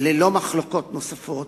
ללא מחלוקות נוספות,